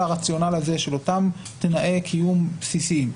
הרציונל הזה של אותם תנאי קיום בסיסיים.